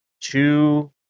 two